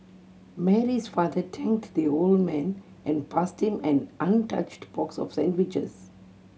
Mary's father thanked the old man and passed him an untouched box of sandwiches